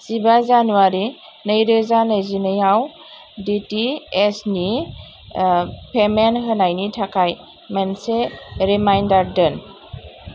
जिबा जानुवारि नै रोजा नैजिनैआव डिटिएइसनि पेमेन्ट होनायनि थाखाय मोनसे रिमाइन्डार दोन